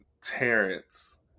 Terrence